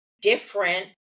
different